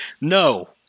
no